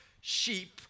sheep